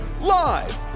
live